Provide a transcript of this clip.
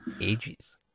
ages